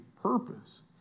purpose